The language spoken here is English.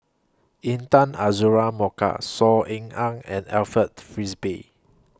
Intan Azura Mokhtar Saw Ean Ang and Alfred Frisby